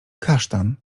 kasztan